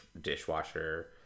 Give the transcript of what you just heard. dishwasher